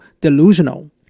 delusional